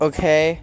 Okay